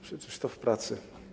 Przecież to w pracy.